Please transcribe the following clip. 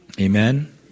Amen